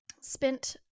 spent